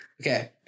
okay